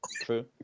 True